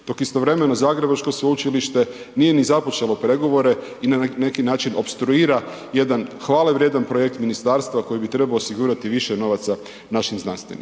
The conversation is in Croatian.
dok istovremeno zagrebačko sveučilište nije ni započelo pregovore i na neki način opstruira jedan hvale vrijedan projekt ministarstva koji bi trebao osigurati više novaca našim znanstvenicima.